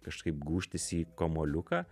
kažkaip gūžtis į kamuoliuką